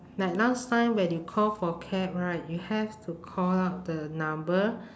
like last time when you call for cab right you have to call up the number